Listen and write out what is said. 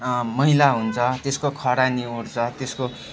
मैला हुन्छ त्यसको खरानी उड्छ त्यसको